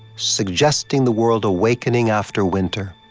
suggesting the world awakening after winter.